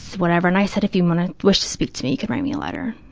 whatever, and i said, if you want to, wish to speak to me, you can write me a letter,